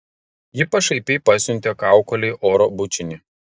ji pašaipiai pasiuntė kaukolei oro bučinį